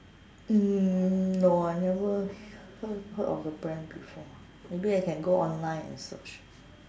mm no I never heard heard of the brand before maybe I can go online and search